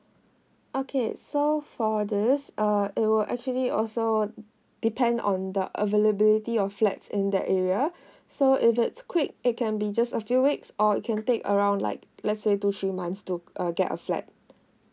okay so for this uh it will actually also depend on the availability of flats in that area so if it's quick it can be just a few weeks or you can take around like let's say two three months to uh get a flat